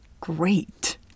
great